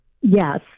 Yes